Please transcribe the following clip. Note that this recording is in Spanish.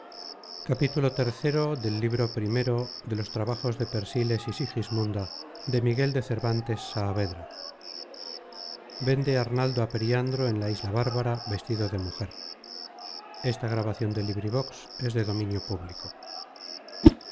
bárbaros iii vende arnaldo á periandro en la isla bárbara vestido de mujer